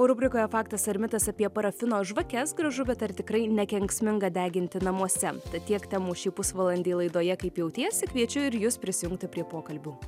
o rubrikoje faktas ar mitas apie parafino žvakes gražu bet ar tikrai nekenksminga deginti namuose tad tiek temų šį pusvalandį laidoje kaip jautiesi kviečiu ir jus prisijungti prie pokalbių